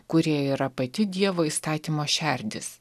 kurie yra pati dievo įstatymo šerdis